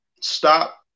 stop